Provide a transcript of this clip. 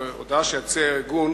בהודעה שהוציא הארגון,